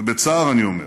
ובצער אני אומר: